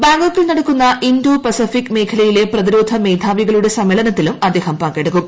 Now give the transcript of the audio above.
ബാങ്കോക്കിൽ നടക്കുന്ന Indo Pacific മേഖലയിലെ പ്രതിരോധ മേധാവികളുടെ സമ്മേളനത്തിലും അദ്ദേഹം പങ്കെടുക്കും